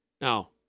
Now